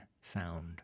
sound